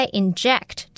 inject